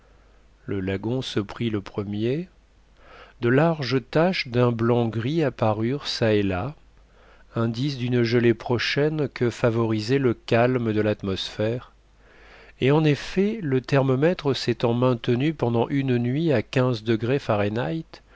le lagon se prit le premier de larges taches d'un blanc gris apparurent çà et là indice d'une gelée prochaine que favorisait le calme de l'atmosphère et en effet le thermomètre s'étant maintenu pendant une nuit à quinze degrés fahrenheit